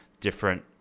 different